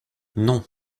non